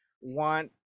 want